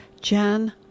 Jan